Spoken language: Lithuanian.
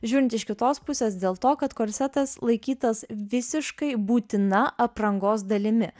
žiūrint iš kitos pusės dėl to kad korsetas laikytas visiškai būtina aprangos dalimi